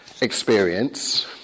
experience